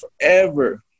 forever